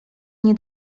nie